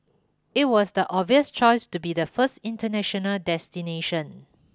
it was the obvious choice to be the first international destination